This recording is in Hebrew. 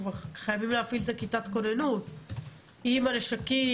חייבים להפעיל את כיתת הכוננות עם הנשקים,